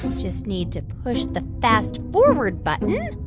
just need to push the fast-forward button.